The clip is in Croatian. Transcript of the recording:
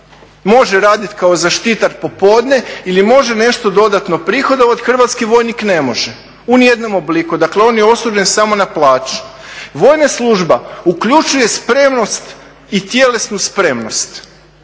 može raditi kao zaštitar popodne ili može nešto dodatno prihodovati, Hrvatski vojnik ne može u ni jednom obliku, dakle on je osuđen samo na plaću. Vojna služba uključuje spremnost i tjelesnu spremnost